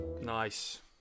Nice